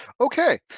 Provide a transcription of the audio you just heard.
Okay